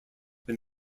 when